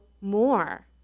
more